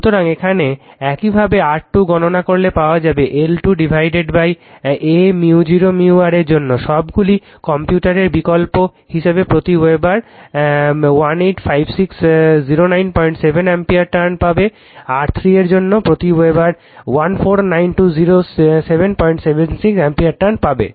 সুতরাং এখানে একইভাবে R2 গণনা করলে পাওয়া যাবে L2Aµ0µr এর জন্য সবগুলি কম্পিউটারের বিকল্প হিসাবে প্রতি ওয়েবারে 1865097 অ্যাম্পিয়ার টার্ন পাবে R3 এর জন্য প্রতি ওয়েবার 14920776 অ্যাম্পিয়ার টার্ন পাবে